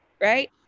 right